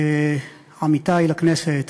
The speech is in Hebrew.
עמיתי לכנסת,